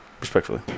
respectfully